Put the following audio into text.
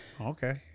Okay